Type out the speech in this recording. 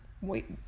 Wait